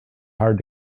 hard